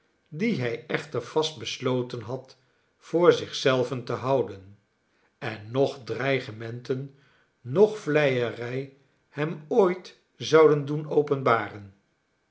die hij echter vast besloten had voor zich zelven te houden en noch dreigementen noch vleierij hem ooit zouden doen openbaren